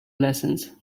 lessons